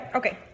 okay